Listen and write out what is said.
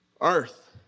earth